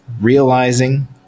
realizing